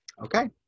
Okay